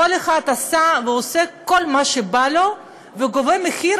כל אחד עשה ועושה כל מה שבא לו וגובה מחיר,